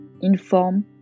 inform